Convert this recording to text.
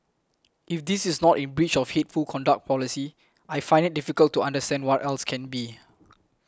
if this is not in breach of hateful conduct policy I find it difficult to understand what else can be